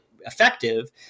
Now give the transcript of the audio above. effective